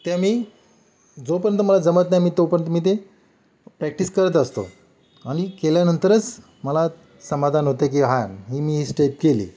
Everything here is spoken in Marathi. त्या मी जोपर्यंत मला जमत नाही मी तोपर्यंत मी ते प्रॅक्टिस करत असतो आणि केल्यानंतरच मला समाधान होते की हां ही मी ही स्टेप केली